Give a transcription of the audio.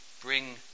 bring